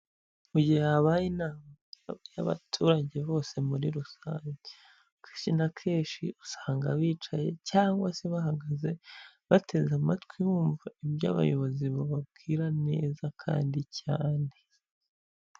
Mu gihe habaye inama y'abaturage bose muri rusange, akenshi na kenshi usanga bicaye cyangwa se bahagaze, bateze amatwi bumva ibyo abayobozi bababwira neza kandi cyane.